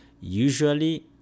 usually